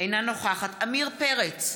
אינה נוכחת עמיר פרץ,